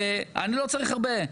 אני לא צריך הרבה,